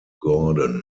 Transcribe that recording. gordon